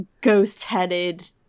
ghost-headed